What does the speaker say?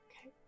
okay